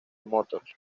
motors